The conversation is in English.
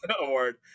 award